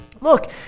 look